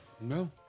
No